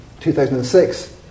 2006